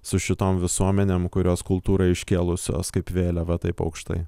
su šitom visuomenėm kurios kultūrą iškėlusios kaip vėliavą taip aukštai